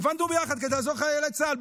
ועבדנו ביחד כדי לעזור לחיילי צה"ל.